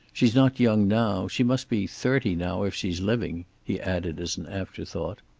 she's not young now. she must be thirty now if she's living, he added, as an afterthought.